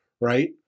right